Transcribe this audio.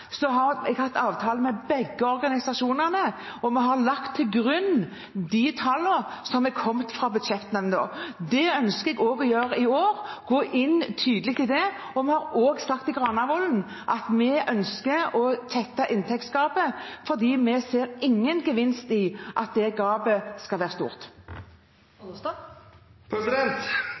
har jeg hatt avtale med begge organisasjonene, og vi har lagt til grunn de tallene som er kommet fra budsjettnemnda. Det ønsker jeg å gjøre også i år – gå tydelig inn i det. Vi har også sagt i Granavolden-plattformen at vi ønsker å tette inntektsgapet, for vi ser ingen gevinst i at det gapet skal være